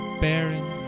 bearing